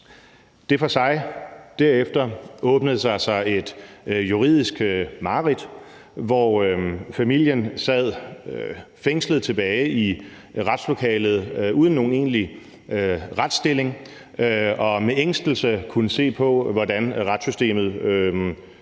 står for sig. Derefter åbnede der sig et juridisk mareridt, hvor familien sad fængslet tilbage i retslokalet uden nogen egentlig retsstilling og med ængstelse kunne se på, hvordan retssystemet